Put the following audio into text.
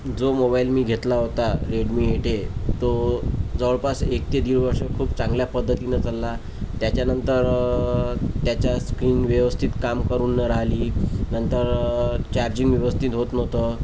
जो मोबाईल मी घेतला होता रेडमी एट ए तो जवळपास एक ते दीड वर्ष खूप चांगल्या पद्धतीने चालला त्याच्यानंतर त्याची स्क्रीन व्यवस्थित काम करून नाही राहिली नंतर चार्जिंग व्यवस्थित होत नव्हतं